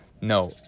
No